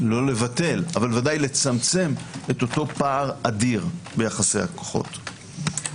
לא לבטל אך ודאי לצמצם אותו פער אדיר ביחסי הכוחות.